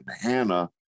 Hannah